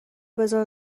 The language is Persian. بزار